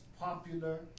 popular